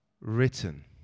written